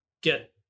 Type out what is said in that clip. get